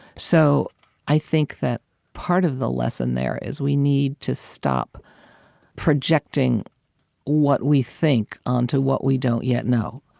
so i think that part of the lesson there is, we need to stop projecting what we think onto what we don't yet know.